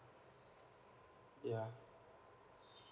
yeah